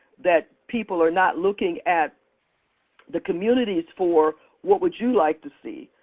that people are not looking at the communities for what would you like to see?